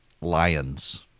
Lions